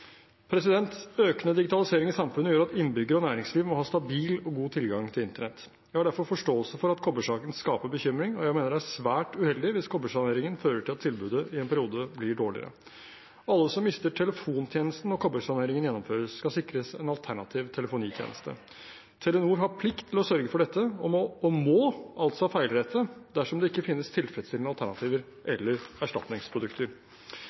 Økende digitalisering i samfunnet gjør at innbyggere og næringsliv må ha stabil og god tilgang til internett. Jeg har derfor forståelse for at kobbersaken skaper bekymring, og jeg mener at det er svært uheldig hvis kobbersaneringen fører til at tilbudet i en periode blir dårligere. Alle som mister telefontjenesten når kobbersaneringen gjennomføres, skal sikres en alternativ telefonitjeneste. Telenor har plikt til å sørge for dette og må altså rette feil dersom det ikke finnes tilfredsstillende alternativer eller erstatningsprodukter.